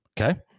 Okay